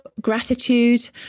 gratitude